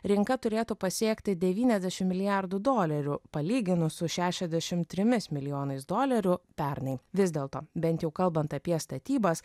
rinka turėtų pasiekti devyniasdešimt milijardų dolerių palyginus su šešiasdešimt trimis milijonais dolerių pernai vis dėlto bent jau kalbant apie statybas